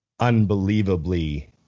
unbelievably